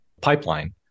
pipeline